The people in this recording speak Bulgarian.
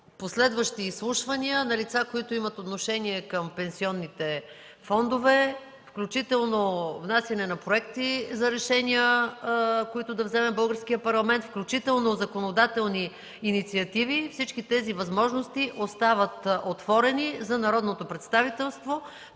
последващи изслушвания на лица, които имат отношение към пенсионните фондове, включително внасяне на проекти за решения, които да вземе българският парламент, включително законодателни инициативи. Всички тези възможности остават отворени за народното представителство.